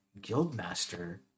Guildmaster